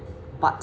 but